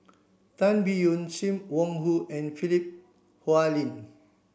Tan Biyun Sim Wong Hoo and Philip Hoalim